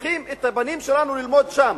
ושולחים את הבנים שלנו ללמוד שם,